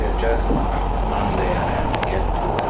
just monday, i have to get to them